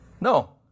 No